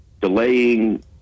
delaying